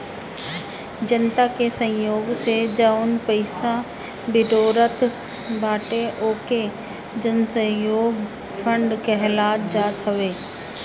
जनता के सहयोग से जवन पईसा बिटोरात बाटे ओके जनसहयोग फंड कहल जात हवे